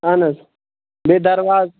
اَہَن حظ بیٚیہِ دَرواز